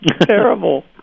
Terrible